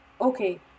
Okay